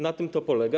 Na tym to polega.